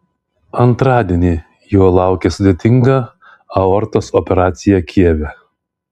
antradienį jo laukė sudėtinga aortos operacija kijeve